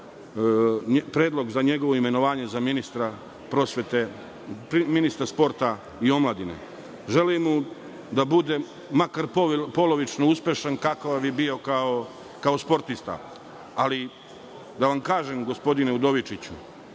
predlog za njegovo imenovanje za ministra sporta i omladine. Želim mu da bude makar polovično uspešan kao što je bio kao sportista. Da vam kažem, gospodine Udovičiću,